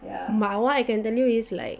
but what I can tell you is like